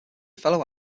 fellow